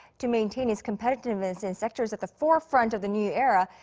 to maintain its competitiveness in sectors at the forefront of the new era,